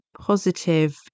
positive